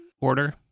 order